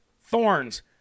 thorns